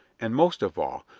and, most of all,